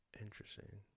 Interesting